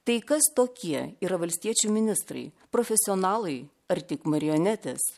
tai kas tokie yra valstiečių ministrai profesionalai ar tik marionetės